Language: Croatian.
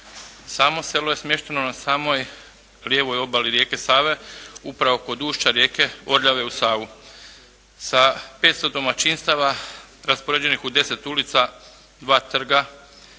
Samo selo je smješteno na samoj lijevoj obali rijeke Save upravo kod ušća rijeke Orljave u Savu. Sa 500 domaćinstava raspoređenih u 10 ulica, 2 trga